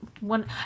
one